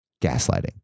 Gaslighting